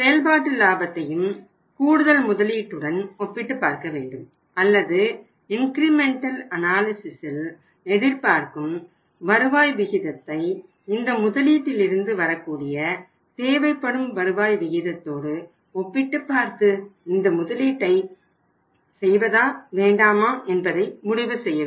செயல்பாட்டு லாபத்தையும் கூடுதல் முதலீட்டுடன் ஒப்பிட்டு பார்க்க வேண்டும் அல்லது இன்கிரிமெண்டல் அனாலிசிஸில் எதிர்பார்க்கும் வருவாய் விகிதத்தை இந்த முதலீட்டில் இருந்து வரக்கூடிய தேவைப்படும் வருவாய் விகிதத்தோடு ஒப்பிட்டுப் பார்த்து இந்த முதலீட்டை செய்வதா வேண்டாமா என்பதை முடிவு செய்ய வேண்டும்